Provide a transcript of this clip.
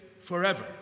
forever